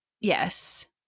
Yes